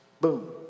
Boom